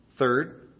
Third